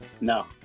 no